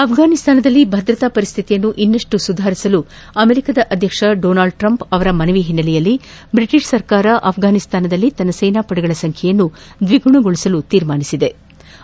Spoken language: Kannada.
ಅಘ್ಘಾನಿಸ್ತಾನದಲ್ಲಿ ಭದ್ರತಾ ಪರಿಶ್ಥಿತಿಯನ್ನು ಇನ್ನಷ್ಟು ಸುಧಾರಿಸಲು ಅಮೆರಿಕ ಅಧ್ವಕ್ಷ ಡೋನಲ್ಡ್ ಟ್ರಂಪ್ ಅವರ ಮನವಿ ಹಿನ್ನೆಲೆಯಲ್ಲಿ ಬ್ರಿಟೀಷ್ ಸರ್ಕಾರ ಅಭ್ವಾನಿಸ್ತಾನದಲ್ಲಿ ತನ್ನ ಸೇನಾಪಡೆಗಳ ಸಂಖ್ಕೆಯನ್ನು ದ್ವಿಗುಣಗೊಳಿಸಲು ನಿರ್ಧರಿಸಿವೆ